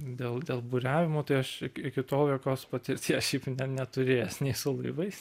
dėl dėl buriavimo tai aš iki tol jokios patirties šiaip ne neturėjęs nei su laivais